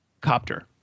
copter